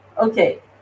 okay